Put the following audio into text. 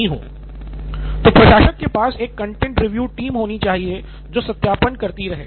सिद्धार्थ मटूरी तो प्रशासक के पास एक कंटेंट रिव्यू टीम होनी चाहिए जो सत्यापन करती रहे